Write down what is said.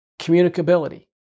communicability